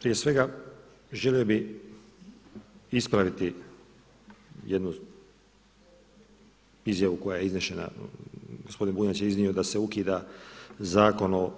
Prije svega želio bih ispraviti jednu izjavu koja je iznesena, gospodin Bunjac je iznio da se ukida Zakon o